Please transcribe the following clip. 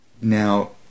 now